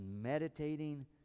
meditating